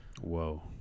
Whoa